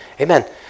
Amen